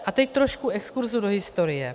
A teď trošku exkurzu do historie.